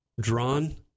drawn